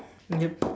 yup